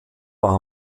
war